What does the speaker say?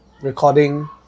recording